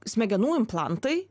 smegenų implantai